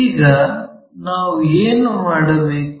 ಈಗ ನಾವು ಏನು ಮಾಡಬೇಕು